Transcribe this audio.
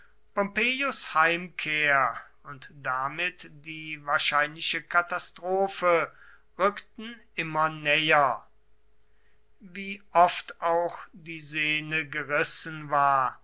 heimkehr und damit die wahrscheinliche katastrophe rückten immer näher wie oft auch die sehne gerissen war